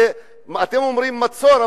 אתם אומרים מצור,